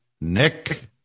Nick